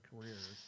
careers